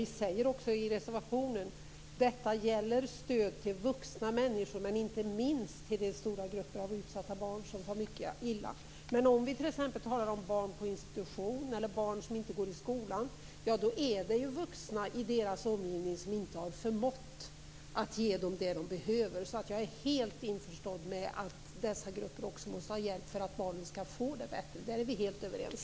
Vi säger också i reservationen att det gäller stöd till vuxna människor men inte minst till stora grupper av utsatta barn som far mycket illa. När vi talar om t.ex. barn på institution eller barn som inte går i skolan är det vuxna i deras omgivning som inte har förmått att ge dem det de behöver. Jag är helt införstådd med att också dessa grupper måste ha hjälp för att barnen skall få det bättre. Där är vi helt överens.